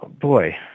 boy